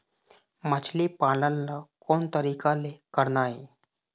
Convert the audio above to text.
मछली पालन ला कोन तरीका ले करना ये?